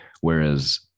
whereas